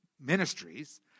ministries